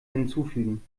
hinzufügen